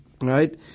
right